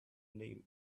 name